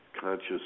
conscious